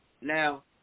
Now